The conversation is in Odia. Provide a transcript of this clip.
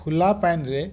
ଖୁଲା ପାଣିରେ